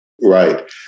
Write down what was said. right